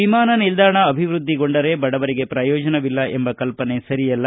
ವಿಮಾನ ನಿಲ್ದಾಣ ಅಭಿವೃದ್ದಿಗೊಂಡರೆ ಬಡವರಿಗೆ ಪ್ರಯೋಜನವಿಲ್ಲ ಎಂಬ ಕಲ್ಲನೆ ಸರಿಯಲ್ಲ